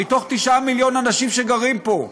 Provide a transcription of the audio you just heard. מתוך תשעה מיליון אנשים שגרים פה,